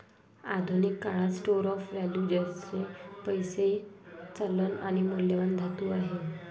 आधुनिक काळात store of value जसे पैसा, चलन आणि मौल्यवान धातू आहे